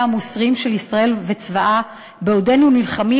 המוסריים של ישראל וצבאה בעודנו נלחמים,